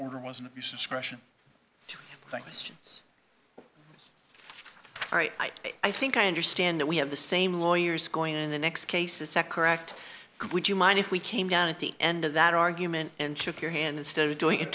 order wasn't uses question thank you i think i understand that we have the same lawyers going in the next case is that correct would you mind if we came down at the end of that argument and shook your hand instead of doing it